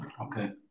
Okay